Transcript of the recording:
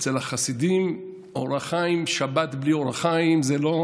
אצל החסידים שבת בלי אור החיים זה לא